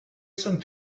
some